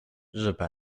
日本